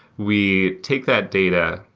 we take that data,